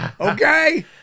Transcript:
Okay